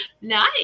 Nice